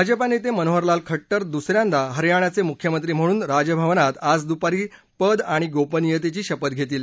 भाजपा नेते मनोहरलाल खट्टर दुसऱ्यांदा हरयाणाचे मुख्यमंत्री म्हणून राजभवनात आज दुपारी पद आणि गोपनीयतेची शपथ घेतील